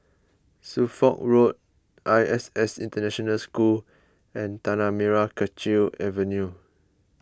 Suffolk Road I S S International School and Tanah Merah Kechil Avenue